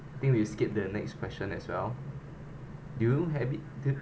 think we skip the next question as well do you habit till